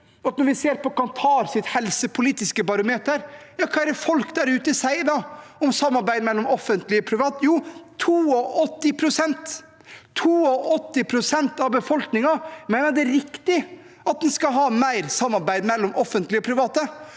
når vi ser på Kantars helsepolitiske barometer, hva er det da folk der ute sier om samarbeid mellom offentlige og private? Jo, 82 pst. – 82 pst.! – av befolkningen mener det riktig at en skal ha mer samarbeid mellom det offentlige og det private.